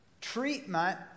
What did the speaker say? treatment